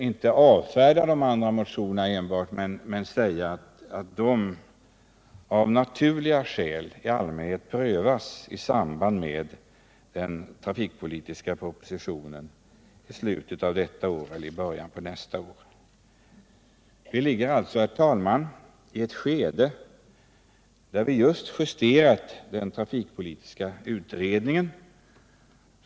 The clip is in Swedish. Övriga motioner skulle man nästan kunna avfärda med att säga att de av naturliga skäl i allmänhet bör prövas i samband med den trafikpolitiska propositionen i slutet av detta år eller i början av nästa. Vi ligger alltså, herr talman, i ett skede när vi just justerat den trafikpolitiska utredningen.